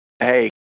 hey